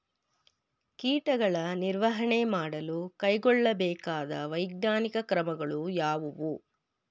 ಕೀಟಗಳ ನಿರ್ವಹಣೆ ಮಾಡಲು ಕೈಗೊಳ್ಳಬೇಕಾದ ವೈಜ್ಞಾನಿಕ ಕ್ರಮಗಳು ಯಾವುವು?